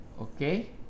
Okay